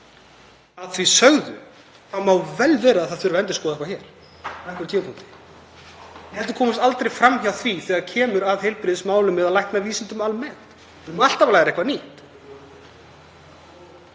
Að því sögðu má vel vera að það þurfi að endurskoða eitthvað hér á einhverjum tímapunkti. Ég held að við komumst aldrei fram hjá því þegar kemur að heilbrigðismálum eða læknavísindum almennt. Við erum alltaf að læra eitthvað nýtt.